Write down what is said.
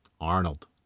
Arnold